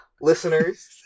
listeners